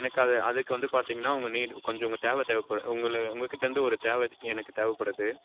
எனக்கு அது அதுக்கு வந்து பார்த்தீங்கன்னா உங்கள் நீடு கொஞ்சம் உங்கள் தேவை தேவப்படு உங்களு உங்கள் கிட்டேருந்து ஒரு தேவை எனக்கு தேவைப்படுது